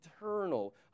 eternal